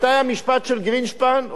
מתי המשפט של גרינשפן?